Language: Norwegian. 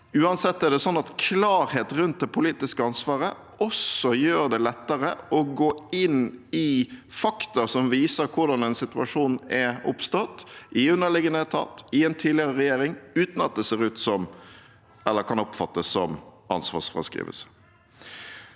klarhet rundt det politiske ansvaret også gjør det lettere å gå inn i fakta som viser hvordan denne situasjonen er oppstått – i underliggende etat, i en tidligere regjering – uten at det ser ut eller kan oppfattes som ansvarsfraskrivelse.